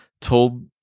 told